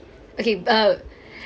okay uh